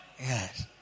Yes